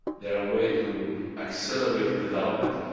they're a way to accelerate development,